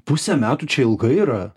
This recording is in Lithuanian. pusė metų čia ilgai yra